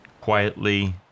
quietly